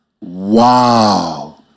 Wow